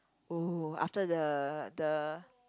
oh after the the